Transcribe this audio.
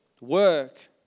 work